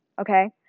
okay